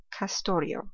castorio